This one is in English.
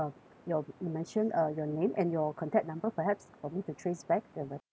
your you mentioned uh your name and your contact number perhaps for me to trace back the record